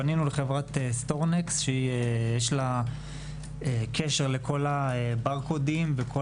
פנינו לחברת "סטורנקס" שיש לה קשר לכל הברקודים ולכל